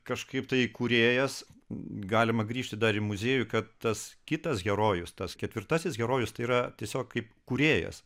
kažkaip tai kūrėjas galima grįžti dar į muziejų kad tas kitas herojus tas ketvirtasis herojus tai yra tiesiog kaip kūrėjas